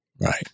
Right